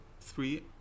Three